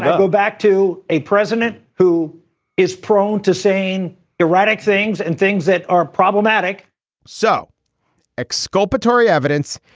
go back to a president who is prone to saying erratic things and things that are problematic so exculpatory evidence.